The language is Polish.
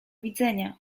widzenia